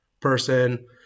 person